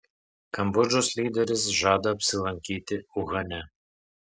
kambodžos lyderis žada apsilankyti uhane